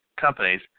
companies